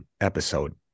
episode